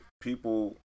people